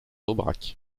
aubrac